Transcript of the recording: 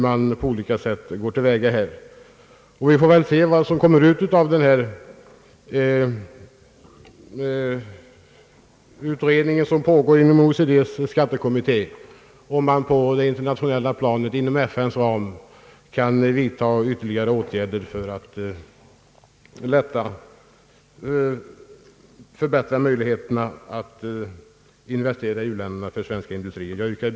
Vi får se vad det blir för resultat av denna utredning som pågår inom OECD:s skattekommitté — om man på det internationella planet inom FN:s ram kan vidta ytterligare åtgärder för att förbättra möjligheterna för svensk industri att investera i u-länderna. Jag yrkar bifall till utskottets hemställan.